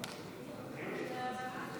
בעד, 19, אין מתנגדים ואין